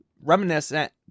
reminiscent